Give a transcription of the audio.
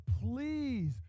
please